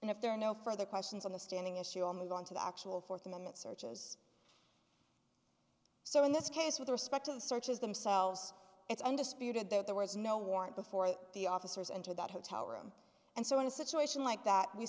and if there are no further questions on the standing issue i'm going to the actual fourth amendment searches so in this case with respect to the searches themselves it's undisputed that there was no warrant before the officers and to that hotel room and so in a situation like that we